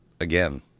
Again